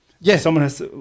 Yes